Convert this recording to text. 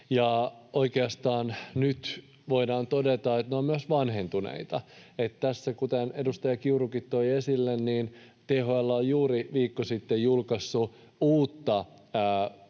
Oikeastaan nyt voidaan todeta, että ne ovat myös vanhentuneita. Kuten edustaja Kiurukin toi esille, THL on juuri viikko sitten julkaissut uutta